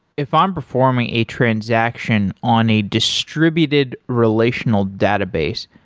if i'm performing a transaction on a distributed relational database,